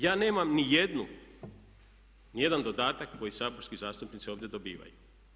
Ja nemam ni jednu, ni jedan dodatak koji saborski zastupnici ovdje dobivaju.